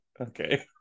okay